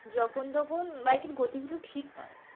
যখন তখন বাইকের গতিগুলো ঠিক নয়